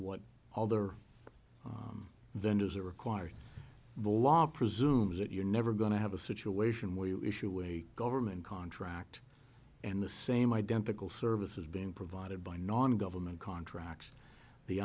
the other vendors are required the law presumes that you're never going to have a situation where you issue a government contract and the same identical services being provided by non government contracts the